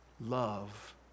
Love